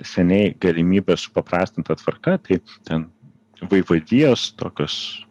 seniai galimybę supaprastinta tvarka tai ten vaivadijos tokios